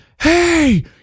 Hey